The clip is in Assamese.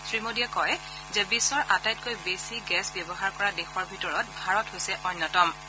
শ্ৰীমোদীয়ে কয় যে বিশ্বৰ আটাইতকৈ বেছি গেছ ব্যৱহাৰ কৰা দেশৰ ভিতৰত ভাৰত হৈছ অন্যতম দেশ